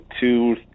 two